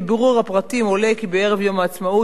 מבירור הפרטים עולה כי בערב יום העצמאות